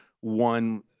one